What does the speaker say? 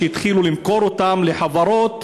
שהתחילו למכור אותם לחברות,